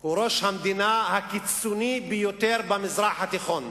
הוא ראש המדינה הקיצוני ביותר במזרח התיכון.